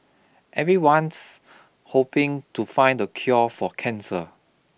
everyone's hoping to find the cure for cancer